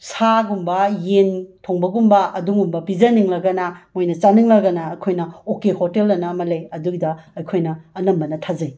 ꯁꯥꯒꯨꯝꯕ ꯌꯦꯟ ꯊꯣꯡꯕꯒꯨꯝꯕ ꯑꯗꯨꯒꯨꯝꯕ ꯄꯤꯖꯅꯤꯡꯂꯒꯅ ꯃꯣꯏꯅ ꯆꯥꯅꯤꯡꯂꯒꯅ ꯑꯩꯈꯣꯏꯅ ꯑꯣ ꯀꯦ ꯍꯣꯇꯦꯜ ꯑꯅ ꯑꯃ ꯂꯩ ꯑꯗꯨꯒꯤꯗ ꯑꯩꯈꯣꯏꯅ ꯑꯅꯝꯕꯅ ꯊꯥꯖꯩ